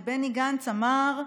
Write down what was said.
ובני גנץ אמר: